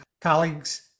colleagues